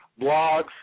blogs